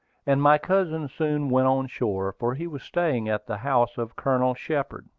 and my cousin soon went on shore, for he was staying at the house of colonel shepard.